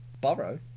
Borrow